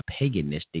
paganistic